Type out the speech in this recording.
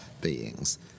beings